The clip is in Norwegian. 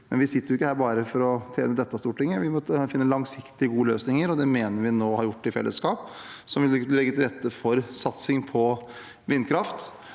vi sitter ikke her bare for å tjene dette stortinget. Vi må finne langsiktige, gode løsninger – og det mener jeg vi nå har gjort i fellesskap – som vil legge til rette for satsing på vindkraft,